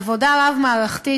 עבודה רב-מערכתית,